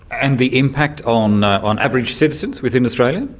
and the impact on on average citizens within australia?